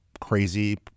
crazy